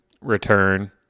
return